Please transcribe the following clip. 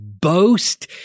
boast